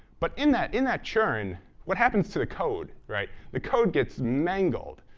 but in that in that churn what happens to the code? right? the code gets mangled.